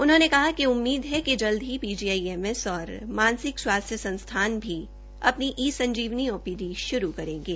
उन्होंने कहा कि उम्मीद है कि जल्द ही पीजीआई एम एस और मानसिक स्वास्थ्य संस्थान भी ई संजीवनी ओपीडी श्रू करेंगे